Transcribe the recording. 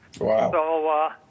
Wow